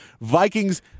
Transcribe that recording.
Vikings